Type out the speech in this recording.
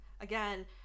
again